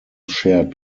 shared